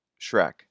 Shrek